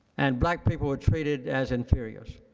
and black people were treated as inferiors.